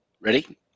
Ready